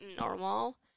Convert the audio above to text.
normal